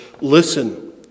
listen